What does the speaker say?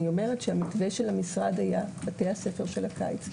המתווה של המשרד היה בתי הספר של הקיץ.